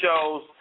shows